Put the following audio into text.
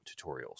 tutorials